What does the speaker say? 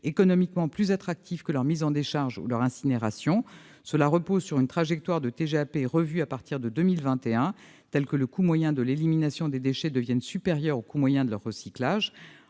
économiquement plus attractif que leur mise en décharge ou leur incinération. Cela repose sur une trajectoire de TGAP revue à partir de 2021, de telle sorte que le coût moyen de l'élimination des déchets devienne supérieur au coût moyen de leur recyclage.